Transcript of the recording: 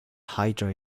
hydro